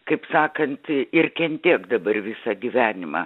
kaip sakant ir kentėk dabar visą gyvenimą